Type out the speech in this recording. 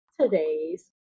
today's